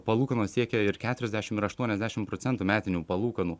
palūkanos siekia ir keturiasdešim ir aštuoniasdešim procentų metinių palūkanų